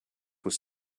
was